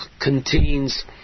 contains